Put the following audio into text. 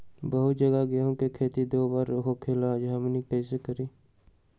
बहुत जगह गेंहू के खेती दो बार होखेला हमनी कैसे करी?